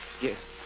Yes